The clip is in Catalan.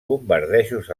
bombardejos